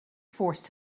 forced